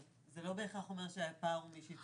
זה לא בהכרח אומר שהפער הוא מי שהצטרף.